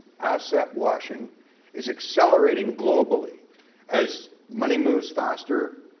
asset washing is acceleratng globally as money moves faster,